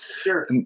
Sure